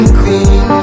queen